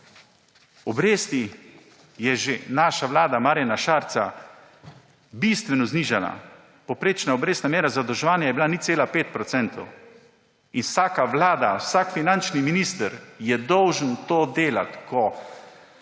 Obresti je že naša vlada Marjana Šarca bistveno znižala. Povprečna obrestna mera zadolževanja je bila 0,5 %. Vsaka vlada, vsak finančni minister je dolžan to delati. Ko